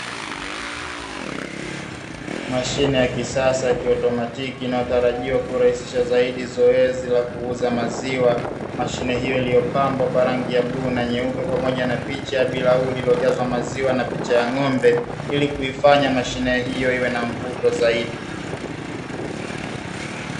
Mashine ya kisasa ya kiautomatiki inayotarajiwa kurahisisha zaidi zoezi la kuuza maziwa. Mashine hiyo iliyopambwa kwa rangi ya bluu na nyeupe pamoja na picha ya bilauri iliyojazwa maziwa na picha ya ng'ombe, ili kuifanya mashine hiyo iwe na mvuto zaidi.